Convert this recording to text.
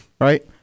Right